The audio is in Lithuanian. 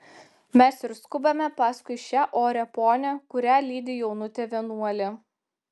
mes ir skubame paskui šią orią ponią kurią lydi jaunutė vienuolė